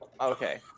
Okay